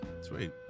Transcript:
Sweet